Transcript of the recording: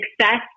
success